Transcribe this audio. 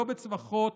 לא בצווחות,